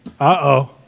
Uh-oh